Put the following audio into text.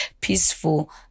peaceful